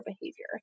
behavior